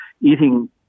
eating